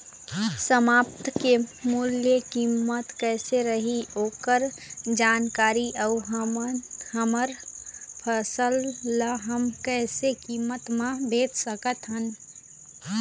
सप्ता के मूल्य कीमत कैसे रही ओकर जानकारी अऊ हमर फसल ला हम कैसे कीमत मा बेच सकत हन?